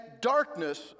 darkness